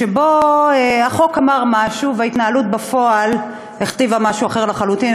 שהחוק אמר משהו וההתנהלות בפועל הכתיבה משהו אחר לחלוטין,